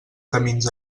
camins